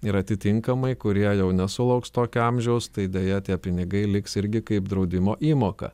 ir atitinkamai kurie jau nesulauks tokio amžiaus tai deja tie pinigai liks irgi kaip draudimo įmoka